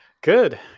Good